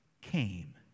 came